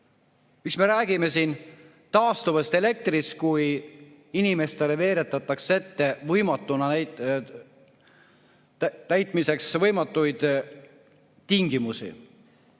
Miks me räägime siin taastuvast elektrist, kui inimestele veeretatakse ette täitmiseks võimatuid tingimusi?